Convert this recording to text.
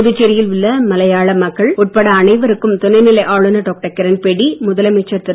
புதுச்சேரியில் உள்ள மலையாள மக்கள் உட்பட அனைவருக்கும் துணைநிலை ஆளுநர் டாக்டர் கிரண்பேடி முதலமைச்சர் திரு